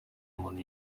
muntu